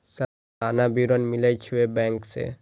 सलाना विवरण मिलै छै बैंक से?